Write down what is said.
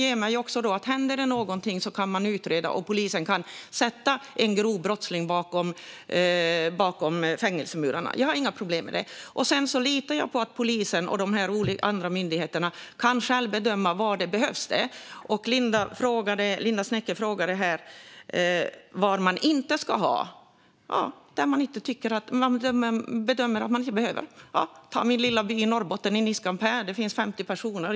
Om det händer någonting kan man utreda, och polisen kan sätta en grov brottsling i fängelse. Jag litar på att polisen och andra myndigheter själva kan bedöma var kameror behövs. Linda Westerlund Snecker frågade var det inte ska vara kameror. Det ska inte vara några kameror där man bedömer att det inte behövs. I min lilla by i Norrbotten, Niskanpää, bor 50 personer.